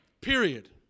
Period